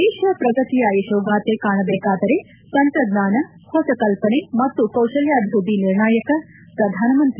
ದೇಶ ಪ್ರಗತಿಯ ಯಶೋಗಾಥೆ ಕಾಣಬೇಕಾದರೆ ತಂತ್ರಜ್ವಾನ ಹೊಸ ಕಲ್ಪನೆ ಮತ್ತು ಕೌಶಲ್ಲಾಭಿವೃದ್ದಿ ನಿರ್ಣಾಯಕ ಪ್ರಧಾನಮಂತ್ರಿ